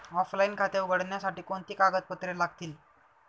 Offline खाते उघडण्यासाठी कोणती कागदपत्रे लागतील?